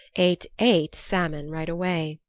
ate eight salmon right away.